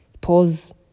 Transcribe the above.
Pause